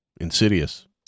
Insidious